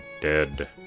dead